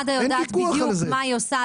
מד"א יודעת בדיוק מה היא עושה,